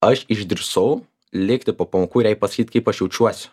aš išdrįsau likti po pamokų ir jai pasakyt kaip aš jaučiuosi